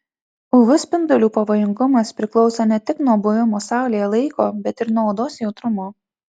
uv spindulių pavojingumas priklauso ne tik nuo buvimo saulėje laiko bet ir nuo odos jautrumo